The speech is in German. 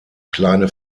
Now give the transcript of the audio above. kleine